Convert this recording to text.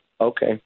Okay